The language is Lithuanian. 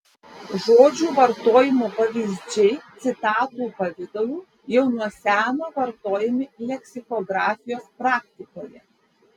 žodžių vartojimo pavyzdžiai citatų pavidalu jau nuo seno vartojami leksikografijos praktikoje